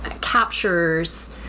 captures